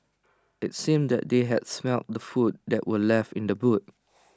IT seemed that they had smelt the food that were left in the boot